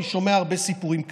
אני שומע הרבה סיפורים כאלה.